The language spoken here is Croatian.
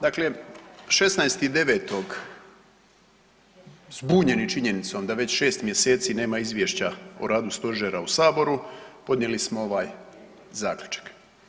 Dakle, 16.9. zbunjeni činjenicom da već 6 mjeseci nema izvješća o radu stožera u saboru podnijeli smo ovaj zaključak.